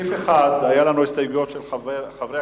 בסעיף 1 היו לנו הסתייגויות של חברי